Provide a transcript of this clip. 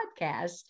podcast